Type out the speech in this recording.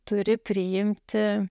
turi priimti